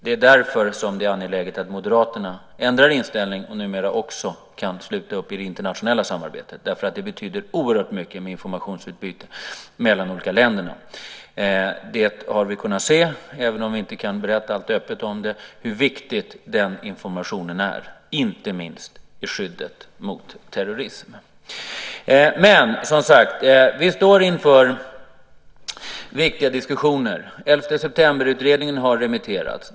Det är därför som det är angeläget att Moderaterna ändrar inställning och också kan sluta upp i det internationella samarbetet, därför att det betyder oerhört mycket med informationsutbyte mellan de olika länderna. Vi har kunnat se, även om vi inte kan berätta om allt öppet, hur viktig den informationen är, inte minst för skyddet mot terrorism. Men, som sagt, vi står inför viktiga diskussioner. 11 september-utredningen har remitterats.